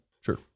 sure